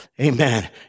Amen